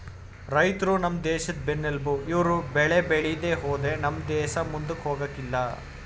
ರೈತ್ರು ನಮ್ ದೇಶದ್ ಬೆನ್ನೆಲ್ಬು ಇವ್ರು ಬೆಳೆ ಬೇಳಿದೆ ಹೋದ್ರೆ ನಮ್ ದೇಸ ಮುಂದಕ್ ಹೋಗಕಿಲ್ಲ